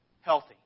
healthy